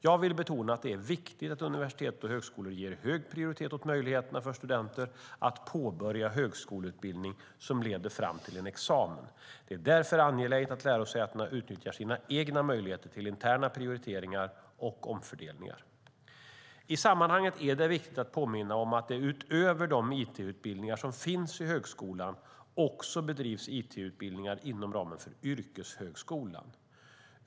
Jag vill betona att det är viktigt att universitet och högskolor ger hög prioritet åt möjligheterna för studenter att påbörja högskoleutbildning som leder fram till en examen. Det är därför angeläget att lärosätena utnyttjar sina egna möjligheter till interna prioriteringar och omfördelningar. I sammanhanget är det viktigt att påminna om att det utöver de it-utbildningar som finns i högskolan också bedrivs it-utbildningar inom ramen för yrkeshögskolan.